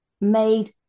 made